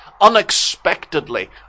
unexpectedly